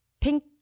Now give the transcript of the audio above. pink